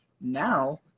Now